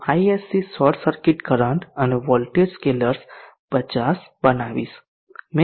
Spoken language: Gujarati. હું isc શોર્ટ સર્કિટ કરંટ અને વોલ્ટેજ સ્કેલર્સ 50 બનાવીશ